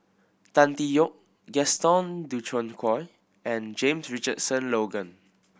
Tan Tee Yoke Gaston Dutronquoy and James Richardson Logan